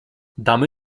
damy